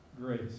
Grace